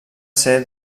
ser